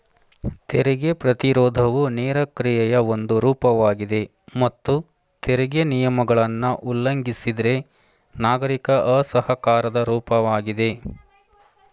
ತೆರಿಗೆ ಪ್ರತಿರೋಧವು ನೇರ ಕ್ರಿಯೆಯ ಒಂದು ರೂಪವಾಗಿದೆ ಮತ್ತು ತೆರಿಗೆ ನಿಯಮಗಳನ್ನ ಉಲ್ಲಂಘಿಸಿದ್ರೆ ನಾಗರಿಕ ಅಸಹಕಾರದ ರೂಪವಾಗಿದೆ